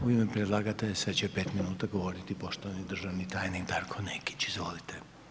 U ime predlagatelja sad će 5 minuta govoriti poštovani državni tajnik Darko Nekić, izvolite.